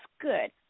good